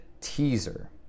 teaser